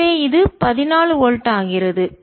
எனவே இது 14 வோல்ட் ஆகிறது